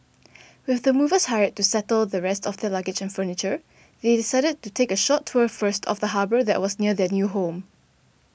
with the movers hired to settle the rest of their luggage and furniture they decided to take a short tour first of the harbour that was near their new home